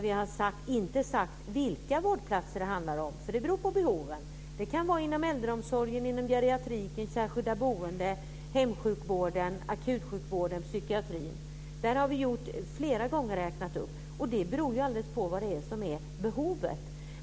Vi har inte sagt vilka vårdplatser det handlar om, för det beror på behoven. Det kan vara inom äldreomsorgen, geriatriken, särskilda boendet, hemsjukvården, akutsjukvården eller psykiatrin. Detta har vi flera gånger räknat upp. Det beror alldeles på vilket som är behovet.